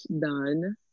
done